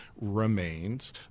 remains